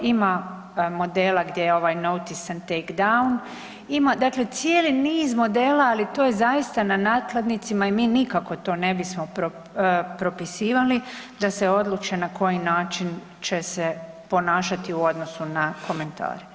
Ima modela gdje ovaj notice and take down, dakle cijeli niz modela ali to je zaista na nakladnicima i mi nikako to ne bismo propisivali da se odluče na koji način će se ponašati u odnosu na komentare.